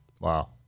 wow